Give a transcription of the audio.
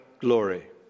glory